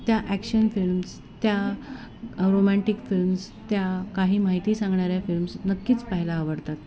त्या action films त्या romantic films त्या काही माहिती सांगणाऱ्या फिल्म्स नक्कीच पाहायला आवडतात